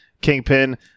Kingpin